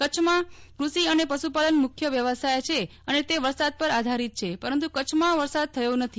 કચ્છમાં ક્રષિ અને પશુપાલન મુખ્ય વ્યવસાય છે અને તે વરસાદ આધારિત છે પરંતુ કચ્છમાં વરસાદ થયો નથી